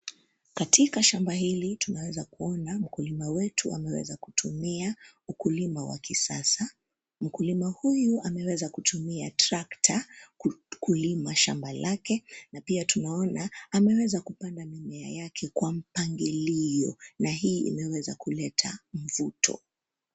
Katika shamba hili tunaweza kuona mkulima wetu ameweza kutumia ukulima wa kisasa. Mkulima huyu ameweza kutumia trakta kulima shamba lake. Na pia tunaona, ameweza kupanda mimea yake kwa mpangilio na hii imeweza kuleta mvuto.